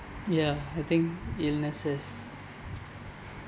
ya I think illnesses